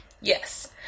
yes